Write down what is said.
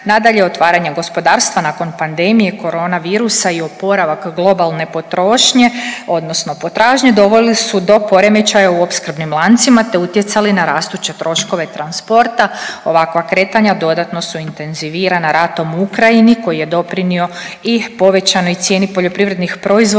Nadalje otvaranja gospodarstva nakon pandemije corona virusa i oporavak globalne potrošnje, odnosno potražnje doveli su do poremećaja u opskrbnim lancima, te utjecali na rastuće troškove transporta. Ovakva kretanja dodatno su intenzivirana ratom u Ukrajini koji je doprinio i povećanoj cijeni poljoprivrednih proizvoda,